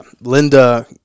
Linda